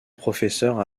professeur